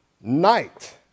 Night